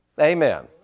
Amen